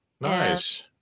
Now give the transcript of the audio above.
Nice